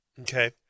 okay